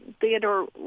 Theodore